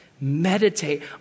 Meditate